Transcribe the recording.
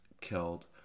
killed